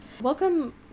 Welcome